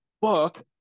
book